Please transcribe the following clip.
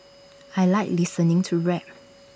I Like listening to rap